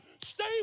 Stay